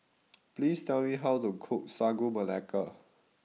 please tell me how to cook Sagu Melaka